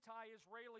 anti-Israeli